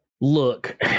Look